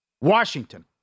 Washington